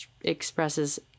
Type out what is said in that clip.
expresses